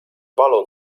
balon